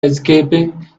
escaping